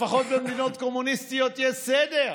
לפחות במדינות קומוניסטיות יש סדר.